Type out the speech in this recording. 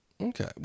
Okay